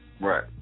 Right